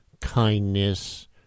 kindness